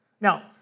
Now